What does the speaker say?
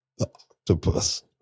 Octopus